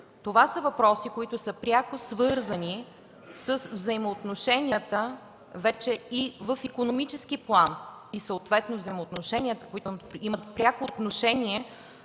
Това са въпроси, пряко свързани с взаимоотношенията в икономически план, с взаимоотношенията, които имат пряко отношение